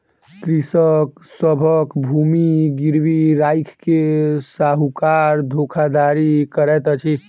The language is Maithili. कृषक सभक भूमि गिरवी राइख के साहूकार धोखाधड़ी करैत अछि